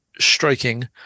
Striking